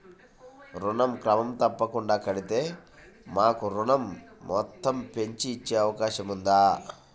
ఋణం క్రమం తప్పకుండా కడితే మాకు ఋణం మొత్తంను పెంచి ఇచ్చే అవకాశం ఉందా?